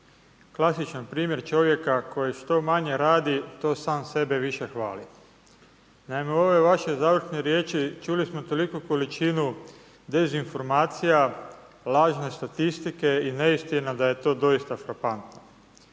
klasičan primjer čovjeka koji što manje radi to sam sebe više hvali. Naime, u ovoj vašoj završnoj riječi čuli smo toliku količinu dezinformacija, lažne statistike i neistina da je to doista frapantno.